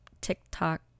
TikTok